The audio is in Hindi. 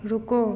रुको